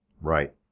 Right